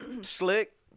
slick